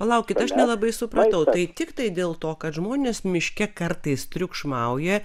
palaukit aš nelabai supratau tai tiktai dėl to kad žmonės miške kartais triukšmauja